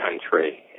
country